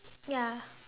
ya